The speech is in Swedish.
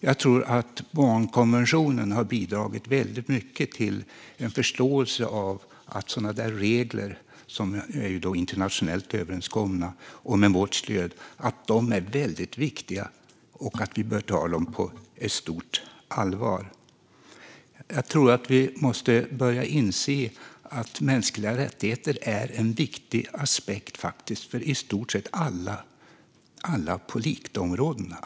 Jag tror att barnkonventionen har bidragit mycket till att en förståelse för att sådana där regler, som är internationellt överenskomna och har vårt stöd, är väldigt viktiga och att vi bör ta dem på stort allvar. Jag tror att vi måste börja inse att mänskliga rättigheter är en viktig aspekt för i stort sett alla politikområden.